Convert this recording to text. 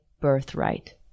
birthright